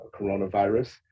coronavirus